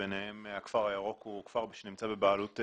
ביניהם הכפר הירוק נמצא בבעלות המדינה